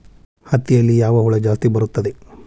ಹತ್ತಿಯಲ್ಲಿ ಯಾವ ಹುಳ ಜಾಸ್ತಿ ಬರುತ್ತದೆ?